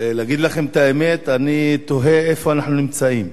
להגיד לכם את האמת, אני תוהה איפה אנחנו נמצאים.